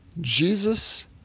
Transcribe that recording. Jesus